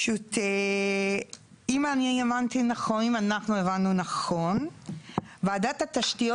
אם אנחנו הבנו נכון ועדת התשתיות